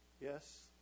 Yes